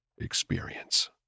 experience